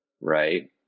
right